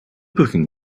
booking